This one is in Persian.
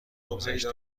گذشته